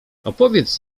opowiedz